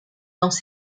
dans